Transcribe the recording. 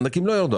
המענקים לא ירדו,